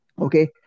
Okay